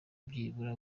byibura